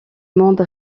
monde